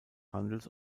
handels